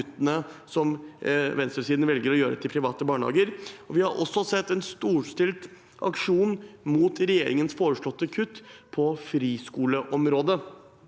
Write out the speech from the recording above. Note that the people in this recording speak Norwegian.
som venstresiden velger å gjøre for private barnehager. Vi har også sett en storstilt aksjon mot regjeringens foreslåtte kutt på friskoleområdet.